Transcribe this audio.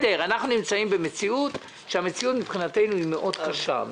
אנחנו נמצאים במציאות שהמציאות מבחינתנו היא מאוד קשה,